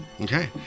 Okay